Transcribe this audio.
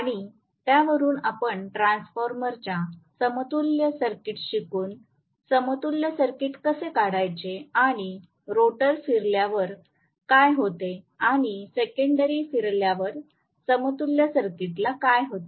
आणि त्यावरून आपण ट्रान्सफॉर्मेरच्या समतुल्य सर्किट शिकून समतुल्य सर्किट कसे काढायचे आणि रोटर फिरल्यावर काय होते किंवा सेकंडरी फिरल्यावर समतुल्य सर्किटला काय होते